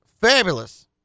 fabulous